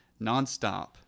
nonstop